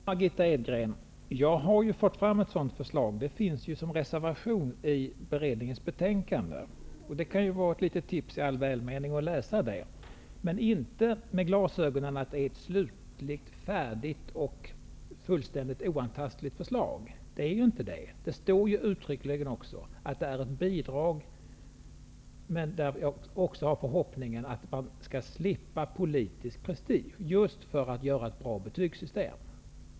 Herr talman! Jag har fört fram ett sådant förslag, Margitta Edgren. Det finns ju som reservation till beredningens betänkande. Läs den reservationen - ett litet tips i all välmening! Men läs den inte med inställningen att det är ett slutligt, färdigt och fullständigt oantastligt förslag. Det är ju inte det. Det står uttryckligen att det är ett bidrag men att vi också har förhoppningen att man skall slippa politisk prestige, just för att göra ett bra betygssystem.